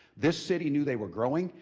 this city knew they were growing,